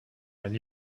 and